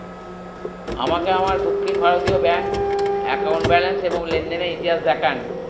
আমাকে আমার দক্ষিণ ভারতীয় ব্যাংক অ্যাকাউন্ট ব্যালেন্স এবং লেনদেনের ইতিহাস দেখান